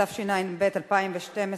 התשע"ב 2012,